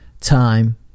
Time